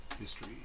history